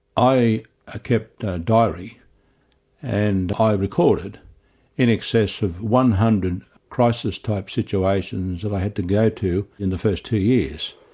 i ah kept a diary and i recorded in excess of one hundred crisis type situations that i had to go to in the first two years.